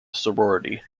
sorority